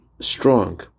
strong